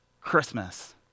Christmas